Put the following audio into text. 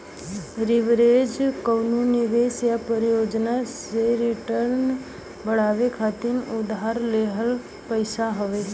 leverage कउनो निवेश या परियोजना से रिटर्न बढ़ावे खातिर उधार लिहल पइसा हौ